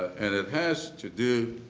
and it has to do